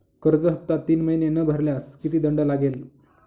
कर्ज हफ्ता तीन महिने न भरल्यास किती दंड लागेल?